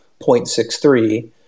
0.63